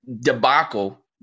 debacle